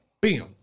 Bam